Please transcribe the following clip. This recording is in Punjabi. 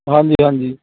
ਹਾਂਜੀ ਹਾਂਜੀ